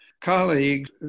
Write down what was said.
colleagues